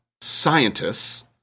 scientists